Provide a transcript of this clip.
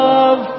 Love